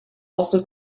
also